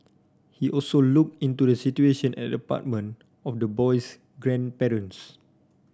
he also looked into the situation at the apartment of the boy's grandparents